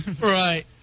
Right